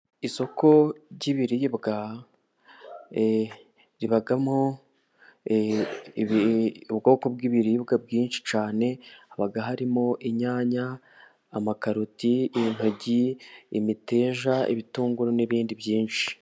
Isoko ry'ibiribwa ribamo ubwoko bw'ibiribwa bwinshi cyane, haba harimo inyanya, amakaroti, intoryi, imiteja, ibitunguru, n'ibindi byinshi.